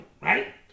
right